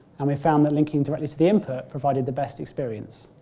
and we found the linking directly to the input provided the best experience.